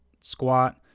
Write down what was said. squat